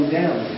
down